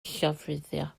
llofruddio